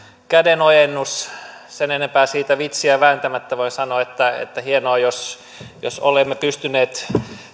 kädenojennus sen enempää siitä vitsiä vääntämättä voi sanoa että että hienoa jos jos olemme pystyneet